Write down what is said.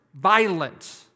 violent